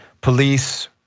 Police